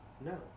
No